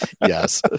Yes